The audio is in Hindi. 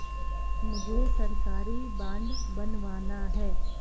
मुझे सरकारी बॉन्ड बनवाना है